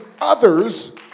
others